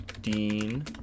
Dean